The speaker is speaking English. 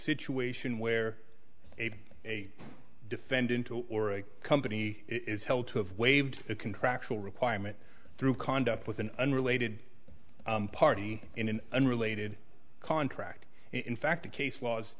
situation where a defendant or a company is held to have waived a contractual requirement through cond up with an unrelated party in an unrelated contract in fact the case laws